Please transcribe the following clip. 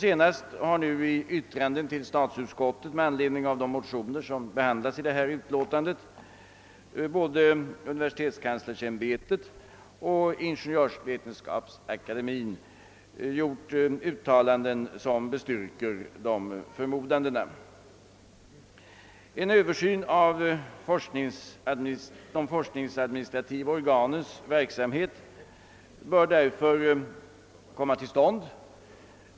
Senast har i yttranden till statsutskottet med anledning av de motioner som behandlas i detta utlåtande både universitetskanslersämbetet och Ingeniörsvetenskapsakademien gjort uttalanden som styrker dessa förmodanden. En översyn av de forskningsadministrativa organens verksamhet bör därför komma till stånd.